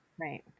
Right